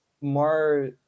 more